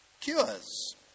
cures